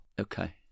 Okay